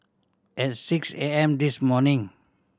at six A M this morning